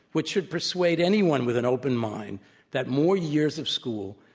which should persuade anyone with an open mind that more years of school,